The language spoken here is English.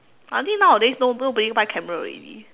I think nowadays no~ nobody buy camera already